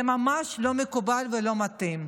זה ממש לא מקובל ולא מתאים.